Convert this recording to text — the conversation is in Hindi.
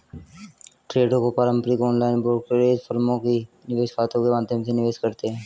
ट्रेडों को पारंपरिक या ऑनलाइन ब्रोकरेज फर्मों के निवेश खातों के माध्यम से निवेश करते है